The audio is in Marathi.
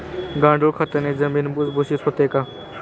गांडूळ खताने जमीन भुसभुशीत होते का?